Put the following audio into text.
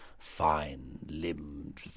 fine-limbed